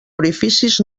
orificis